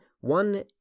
one